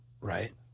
right